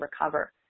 recover